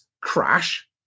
crash